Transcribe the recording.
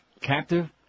captive